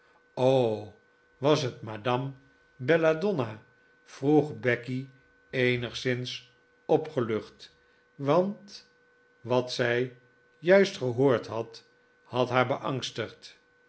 was het madame belladonna vroeg becky eenigszins opgelucht want wat zij juist gehoord had had haar beangstigd